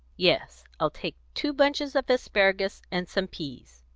yes, i'll take two bunches of asparagus and some peas.